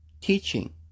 teaching